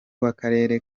w’akarere